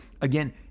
Again